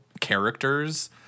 characters